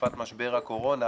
תקופת משבר הקורונה,